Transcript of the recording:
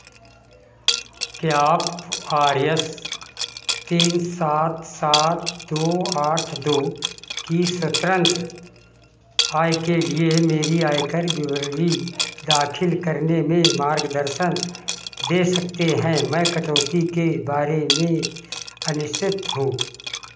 क्या आप R S तीन सात सात दो आठ दो की सत्रंत आय के लिए मेरी आयकर विवरणी दाखिल करने में मार्गदर्शन दे सकते हैं मैं कटौती के बारे में अनिश्चित हूँ